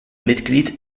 mitglied